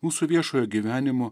mūsų viešojo gyvenimo